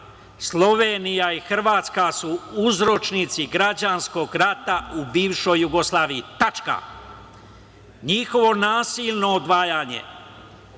"Slovenija i Hrvatska su uzročnici građanskog rata u bivšoj Jugoslaviji. Njihovo nasilno odvajanje